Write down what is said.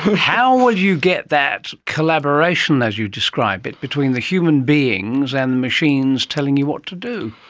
how will you get that collaboration, as you describe it, between the human beings and machines telling you what to do?